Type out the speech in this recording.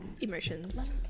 emotions